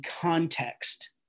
context